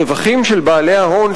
הרווחים של בעלי ההון,